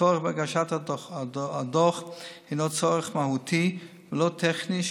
הצורך בהגשת הדוח הוא צורך מהותי ולא טכני,